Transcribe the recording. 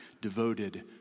devoted